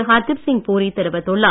ஹர்தீப்சிங் பூரி தெரிவித்துள்ளார்